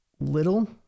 little